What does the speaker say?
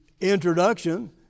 introduction